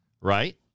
right